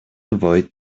avoid